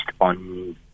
on